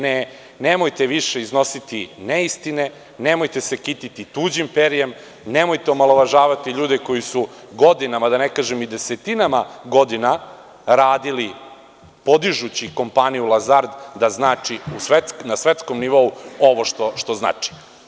Nemojte više iznositi neistine, nemojte se kititi tuđim perjem, nemojte omalovažavati ljude koji su godinama, da ne kažem desetinama godina, radili podižući kompaniju „Lazard“ da znači na svetskom nivou ovo što znači.